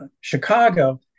Chicago